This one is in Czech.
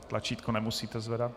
Tlačítko nemusíte zvedat.